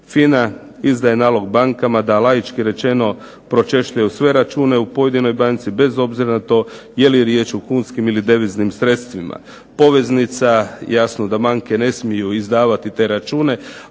FINA izdaje nalog bankama da laički rečeno pročešljaju sve račune u pojedinoj banci bez obzira na to je li riječ o kunskim ili deviznim sredstvima. Poveznica jasno da banke ne smiju izdavati te račune,